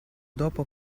dopo